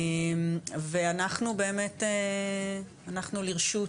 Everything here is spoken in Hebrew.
אנחנו באמת לרשות,